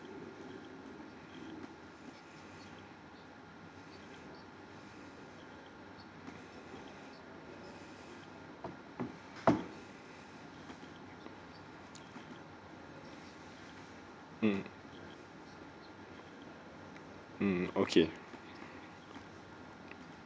hmm mmhmm okay